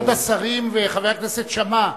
כבוד השרים וחבר הכנסת שאמה.